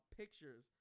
pictures